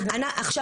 עכשיו,